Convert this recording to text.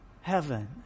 heaven